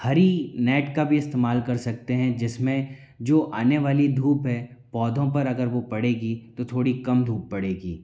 हरी net का भी इस्तेमाल कर सकते हैं जिसमें जो आने वाली धूप है पौधों पर अगर वह पड़ेगी तो थोड़ी कम धूप पड़ेगी